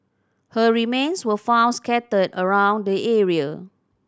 her remains were found scattered around the area